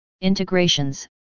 integrations